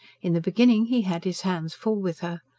in the beginning he had his hands full with her.